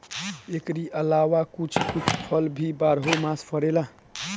एकरी अलावा कुछ कुछ फल भी बारहो मास फरेला